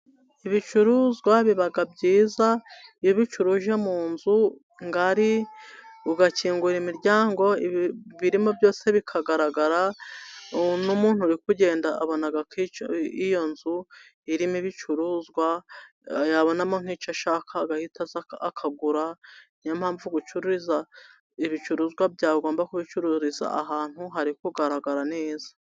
Ibicuruzwa biba byiza iyo ubicururije mu nzu ngari, ugakingura imiryango ibirimo byose bikagaragara, n'umuntu uri kugenda abona ko iyo nzu irimo ibicuruzwa, yabonamo nk'icyo ashaka agahita aza akagura. Ni yo mpamvu gucururiza ibicuruzwa byawe, ugomba kubicururiza ahantu hari kugaragara neza.